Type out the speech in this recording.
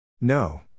No